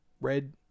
red